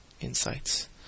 insights